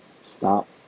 stop